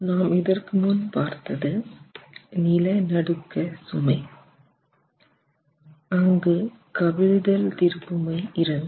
நாம் இதற்கு முன் பார்த்தது நில நடுக்க சுமை அங்கு கவிழ்தல் திருப்புமை இருந்தது